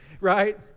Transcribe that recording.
right